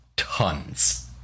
Tons